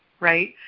Right